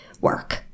work